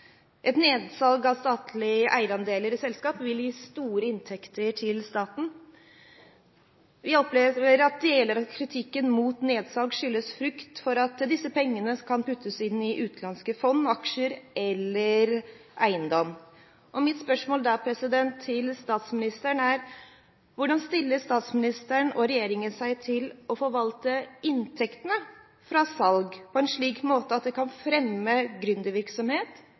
Et nedsalg av statlige eierandeler i selskap vil gi store inntekter til staten. Vi opplever at deler av kritikken mot nedsalg skyldes frykt for at disse pengene kan puttes inn i utenlandske fond, aksjer eller eiendom. Mitt spørsmål til statsministeren er da: Hvordan stiller statsministeren og regjeringen seg til å forvalte inntektene fra salg på en slik måte at det kan fremme